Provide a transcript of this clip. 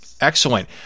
Excellent